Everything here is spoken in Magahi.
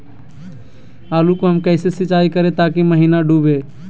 आलू को हम कैसे सिंचाई करे ताकी महिना डूबे?